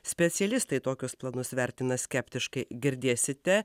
specialistai tokius planus vertina skeptiškai girdėsite